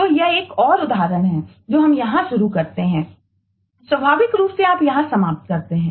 तो यह एक और उदाहरण है जो हम यहां शुरू करते हैं स्वाभाविक रूप से आप यहां समाप्त करते हैं